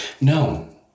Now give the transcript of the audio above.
No